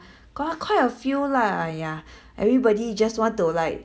got quite a few lah !aiya! everybody just want to like